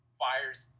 fires